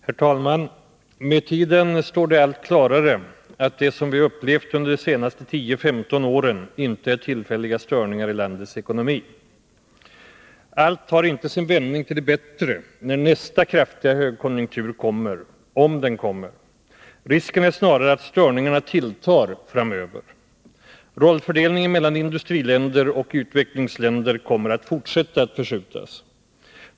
Herr talman! Med tiden står det allt klarare att det vi har upplevt under de senaste 10-15 åren inte är tillfälliga störningar i landets ekonomi. Allt tar inte sin vändning till det bättre, när nästa kraftiga högkonjunktur kommer — om den kommer. Risken är snarare att störningarna tilltar framöver. Rollfördelningen mellan industriländer och utvecklingsländer kommer att fortsätta att förskjutas.